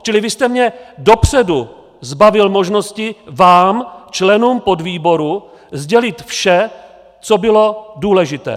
Čili vy jste mě dopředu zbavil možnosti vám, členům podvýboru, sdělit vše, co bylo důležité.